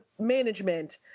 management